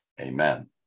Amen